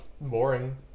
boring